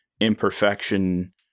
imperfection